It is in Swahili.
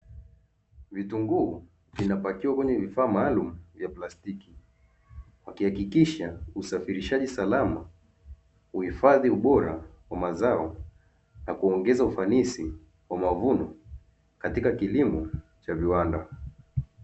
Vitunguu vinapakiwa kwenye vifaa maalumu vya plastiki akihakikisha usafirishaji salama, huifadhi ubora wa mazao na kuongeza ufanisi kwa mavuno katika kilimo cha viwanda.